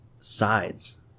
sides